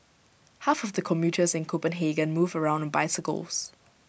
half of the commuters in Copenhagen move around on bicycles